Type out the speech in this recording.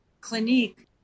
Clinique